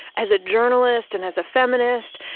as a journalist and as a feminist,